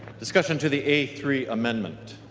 discussion to the a three amendments?